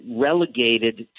relegated